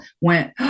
went